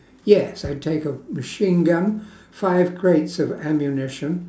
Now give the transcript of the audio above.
yes I take a machine gun five crates of ammunition